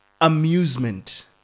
amusement